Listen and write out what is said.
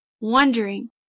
wondering